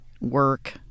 work